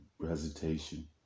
presentation